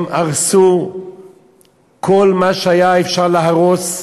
הם הרסו כל מה שאפשר היה להרוס.